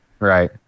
right